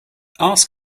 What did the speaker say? ask